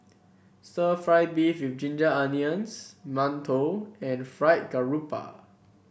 stir fry beef with Ginger Onions mantou and Fried Garoupa